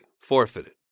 forfeited